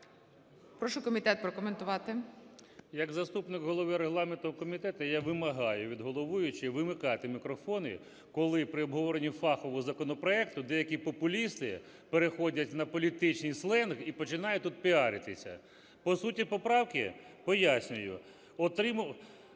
Прошу комітет прокоментувати. 11:56:59 КУПРІЄНКО О.В. Як заступник голови регламентного комітету я вимагаю від головуючої вимикати мікрофони, коли при обговоренні фахового законопроекту деякі популісти переходять на політичний сленг і починають тут піаритися. По суті поправки пояснюю. Пункт